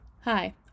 Hi